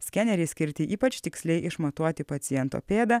skeneriai skirti ypač tiksliai išmatuoti paciento pėdą